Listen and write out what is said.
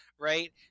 right